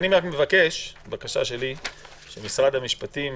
אני מבקש שמשרד המשפטים,